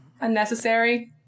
unnecessary